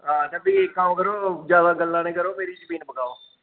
हां ते भी इक कम्म करो जादै गल्लां निं करो मेरी जमीन बकाओ